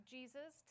Jesus